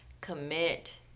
commit